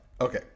Okay